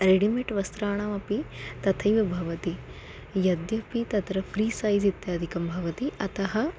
readymade वस्त्राणामपि तथैव भवति यद्यपि तत्र फ़्री सैज़् इत्यादिकं भवति अतः